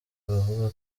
bavuga